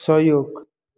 सहयोग